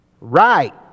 right